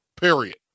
period